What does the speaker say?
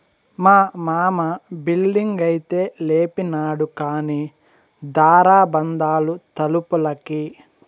మా మామ బిల్డింగైతే లేపినాడు కానీ దార బందాలు తలుపులకి